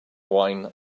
wine